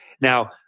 Now